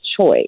choice